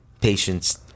patience